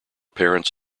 parents